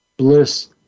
bliss